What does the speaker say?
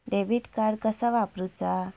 Debit card कसा वापरुचा?